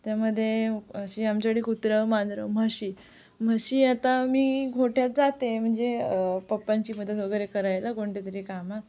त्यामध्ये अशी आमच्याकडे कुत्रं मांजरं म्हशी म्हशी आता मी गोठ्यात जाते म्हणजे पप्पांची मदत वगैरे करायला कोणत्यातरी कामात